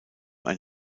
ein